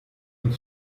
und